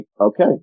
okay